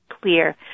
clear